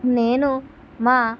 నేను మా